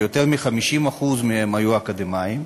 יותר מ-50% מהם היו אקדמאים,